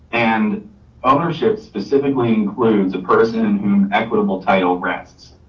and ownership specifically includes the person equitable title rests.